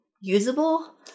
usable